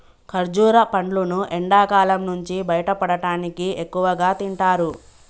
ఖర్జుర పండ్లును ఎండకాలం నుంచి బయటపడటానికి ఎక్కువగా తింటారు